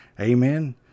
Amen